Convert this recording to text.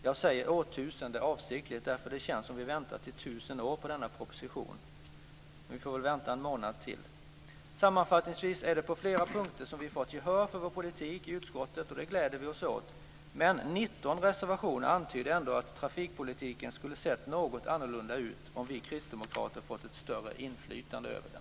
Jag säger "årtusende" avsiktligt, därför att det känns som om vi väntat i tusen år på denna proposition. Vi får väl vänta en månad till. Sammanfattningsvis är det på flera punkter som vi fått gehör för vår politik i utskottet, och det gläder vi oss åt. Men 19 reservationer antyder ändå att trafikpolitiken skulle sett något annorlunda ut om vi kristdemokrater fått ett större inflytande över den.